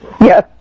Yes